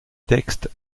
textes